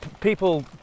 people